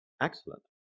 Excellent